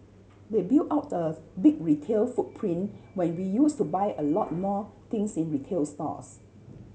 they built out a big retail footprint when we used to buy a lot more things in retail stores